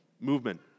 movement